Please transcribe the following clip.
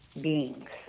beings